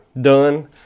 done